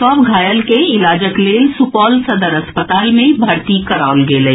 सभ घायल केँ इलाजक लेल सुपौल सदर अस्पताल मे भर्ती कराओल गेल अछि